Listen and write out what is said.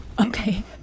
Okay